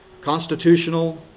Constitutional